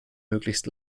möglichst